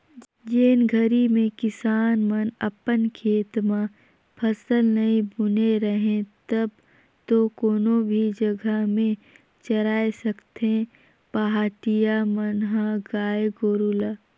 जेन घरी में किसान मन अपन खेत म फसल नइ बुने रहें तब तो कोनो भी जघा में चराय सकथें पहाटिया मन ह गाय गोरु ल